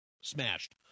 smashed